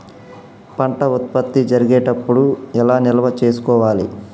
పంట ఉత్పత్తి జరిగేటప్పుడు ఎలా నిల్వ చేసుకోవాలి?